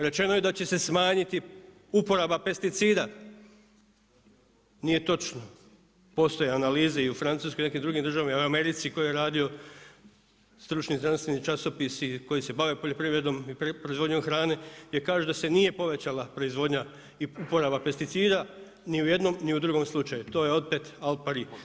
Rečeno je da će se smanjiti uporaba pesticida, nije točno, postoje analize i u Francuskoj i u nekim drugim državama i u Americi tko je radio, stručni i znanstveni časopisi koji se bave poljoprivredom i proizvodnjom hrane gdje kaže da se nije povećala proizvodnja i uporaba pesticida, ni u jednom ni u drugom slučaju, to je opet al pari.